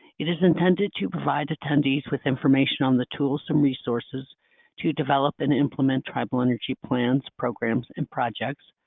it is intended to provide attendees with information on the tools and resources to develop and implement tribal energy plans, programs, and projects,